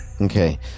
Okay